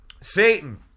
Satan